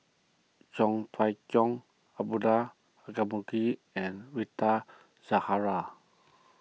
Chong Fah Cheong Abdullah and Rita Zahara